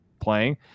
playing